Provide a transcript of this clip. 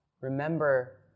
Remember